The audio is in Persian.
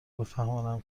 بفهمانم